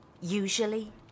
usually